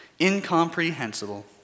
incomprehensible